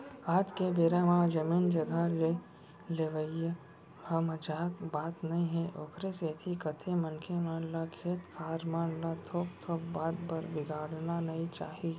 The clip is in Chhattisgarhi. आज के बेरा म जमीन जघा के लेवई ह मजाक बात नई हे ओखरे सेती कथें मनखे मन ल खेत खार मन ल थोक थोक बात बर बिगाड़ना नइ चाही